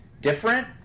different